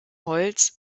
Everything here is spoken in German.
holz